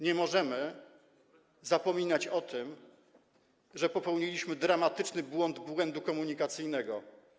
Nie możemy zapominać o tym, że popełniliśmy dramatyczny błąd - błąd komunikacyjny.